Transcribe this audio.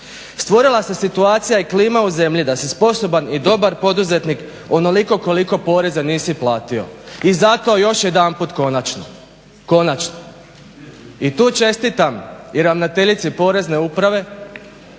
Stvorila se situacija i klima u zemlji da si sposoban i dobar poduzetnik onoliko koliko poreza nisi platio. I zato još jedanput konačno, konačno, i tu čestitam i ravnateljici porezne uprave